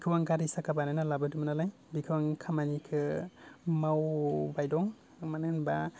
बेखौ आं गारि साखा बानायनो लाबोदोंमोन नालाय बेखौ आं खामानिखौ मावबाय दं मानो होनबा